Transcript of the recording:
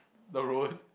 the road